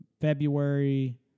February